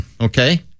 okay